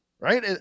Right